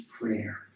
prayer